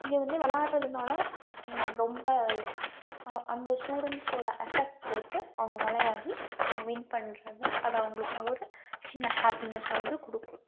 இதை வந்து விளாட்றதுனால ரொம்ப அந்த ஸ்டூடெண்ட்ஸோடு அஃபெக்ட் போட்டு அவங்க விளையாடி அவங்க வின் பண்ணுறது அதை அவங்களுக்காக ஒரு சின்ன ஹேப்பினஸ்ஸை வந்து கொடுக்கும்